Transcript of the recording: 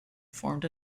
formed